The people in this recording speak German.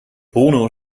bruno